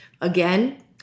Again